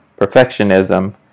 perfectionism